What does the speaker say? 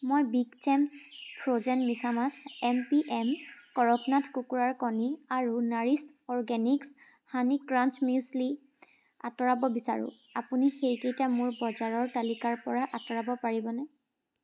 মই big Sam's frozen মিছামাছ M P M Kadaknath কুকুৰাৰ কণী আৰু Nourish organics honey crunch muesli আঁতৰাব বিচাৰোঁ আপুনি সেইকেইটা মোৰ বজাৰৰ তালিকাৰ পৰা আঁতৰাব পাৰিবনে